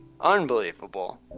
unbelievable